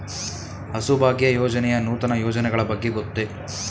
ಹಸುಭಾಗ್ಯ ಯೋಜನೆಯ ನೂತನ ಯೋಜನೆಗಳ ಬಗ್ಗೆ ಗೊತ್ತೇ?